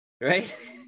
right